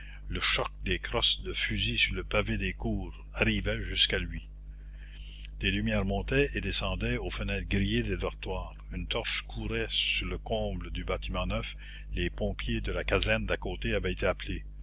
le choc des crosses de fusil sur le pavé des cours arrivaient jusqu'à lui des lumières montaient et descendaient aux fenêtres grillées des dortoirs une torche courait sur le comble du bâtiment neuf les pompiers de la caserne d'à côté avaient été appelés